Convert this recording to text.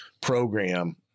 program